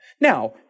Now